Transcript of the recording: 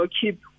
keep